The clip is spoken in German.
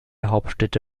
hauptstädte